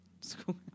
School